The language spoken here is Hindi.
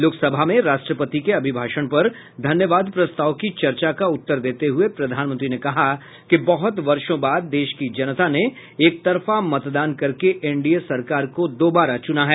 लोकसभा में राष्ट्रपति के अभिभाषण पर धन्यवाद प्रस्ताव की चर्चा का उत्तर देते हुए प्रधानमंत्री ने कहा कि बहुत वर्षो बाद देश की जनता ने एक तरफा मतदान करके एनडीए सरकार को दोबारा चुना है